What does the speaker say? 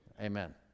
Amen